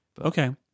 Okay